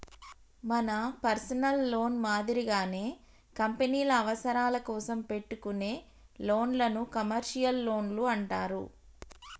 మన personal loan మాదిరిగానే కంపెనీల అవసరాల కోసం పెట్టుకునే లోన్లను కమర్షియల్ లోన్లు అంటారు